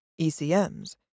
ECMs